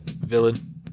villain